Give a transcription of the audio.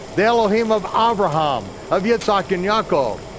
the elohim of abraham, of yitzhak and yaakov,